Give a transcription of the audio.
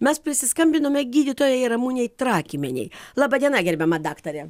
mes prisiskambinome gydytojai ramunei trakymienei laba diena gerbiama daktare